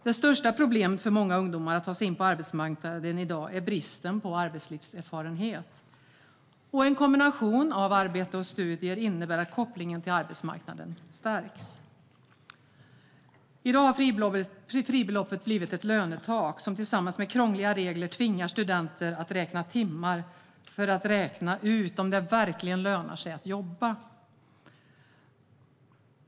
Det största problemet för många ungdomar när det gäller att ta sig in på arbetsmarknaden i dag är bristen på arbetslivserfarenhet. En kombination av arbete och studier innebär att kopplingen till arbetsmarknaden stärks. I dag har fribeloppet blivit ett lönetak som tillsammans med krångliga regler tvingar studenter att räkna timmar för att se om det verkligen lönar sig att jobba.